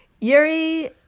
Yuri